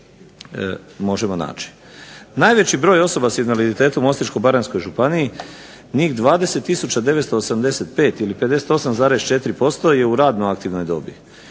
Najveći broj osoba sa invaliditetom u Osječko-baranjskoj županiji njih 20 tisuća 985 ili 58,4% je radno aktivnoj dobi.